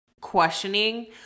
questioning